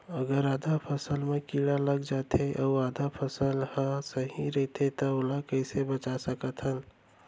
अगर आधा फसल म कीड़ा लग जाथे अऊ आधा फसल ह सही रइथे त ओला कइसे बचा सकथन?